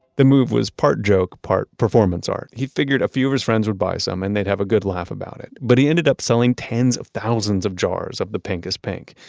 the move was part joke, part performance art. he figured a few of his friends would buy some and they'd have a good laugh about it, but he ended up selling tens of thousands of jars of the pinkest pink,